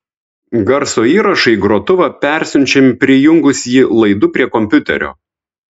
garso įrašai į grotuvą persiunčiami prijungus jį laidu prie kompiuterio